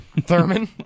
Thurman